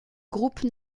groupe